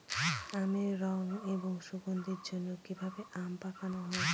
আমের রং এবং সুগন্ধির জন্য কি ভাবে আম পাকানো হয়?